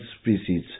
species